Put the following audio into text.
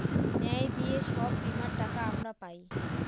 ন্যায় দিয়ে সব বীমার টাকা আমরা পায়